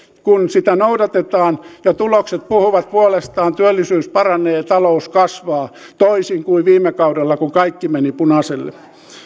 kun sitä noudatetaan ja tulokset puhuvat puolestaan työllisyys paranee ja talous kasvaa toisin kuin viime kaudella kun kaikki meni punaiselle